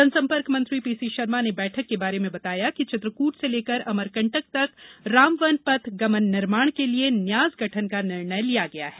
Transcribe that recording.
जनसंपर्क मंत्री पीसी शर्मा ने बैठक के बारे में बताया कि चित्रकूट से लेकर अमरकंटक तक रामवन पथ गमन निर्माण के लिये न्यास गठन का निर्णय लिया गया है